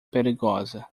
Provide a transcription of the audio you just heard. perigosa